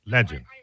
Legend